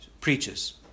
preaches